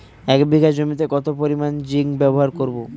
এক বিঘা জমিতে কত পরিমান জিংক ব্যবহার করব?